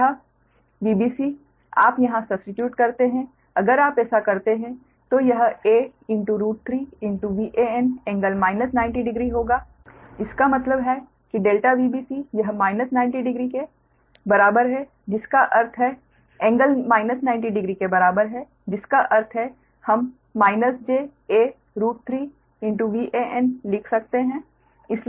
तो यह Vbc आप यहां सब्स्टीट्यूट करते है अगर आप ऐसा करते हैं तो यह a3Van∟ 900 होगा इसका मतलब है कि ∆Vbc यह ∟ 900 के बराबर है जिसका अर्थ है हम -j a3 Van लिख सकते हैं